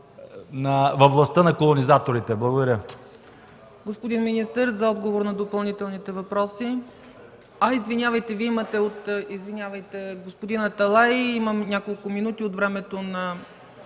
във властта на колонизаторите? Благодаря.